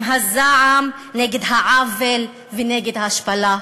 עם הזעם נגד העוול ונגד ההשפלה.